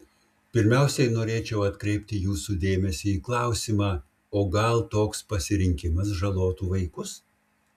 pirmiausiai norėčiau atkreipti jūsų dėmesį į klausimą o gal toks pasirinkimas žalotų vaikus